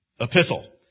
epistle